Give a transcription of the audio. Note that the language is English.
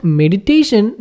meditation